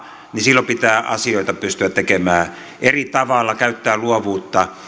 niin silloin pitää asioita pystyä tekemään eri tavalla käyttää luovuutta